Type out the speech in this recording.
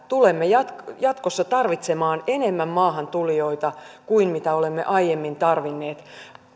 tulemme jatkossa jatkossa tarvitsemaan enemmän maahantulijoita kuin mitä olemme aiemmin tarvinneet